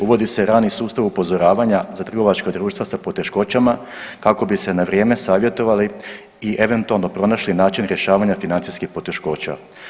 Uvodi se radni sustav upozoravanja za trgovačka društva sa poteškoćama kako bi se na vrijeme savjetovali i eventualno pronašli način rješavanja financijskih poteškoća.